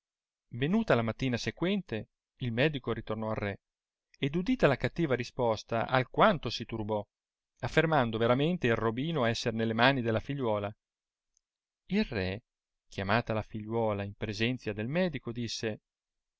venula la mattina sequente il medico ritornò al re ed udita la cattiva risposta alquanto si turbò affermando veramente il robino esser nelle mani della figliuola il re chiamata la figliuola in presenzia del medico disse